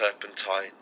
turpentine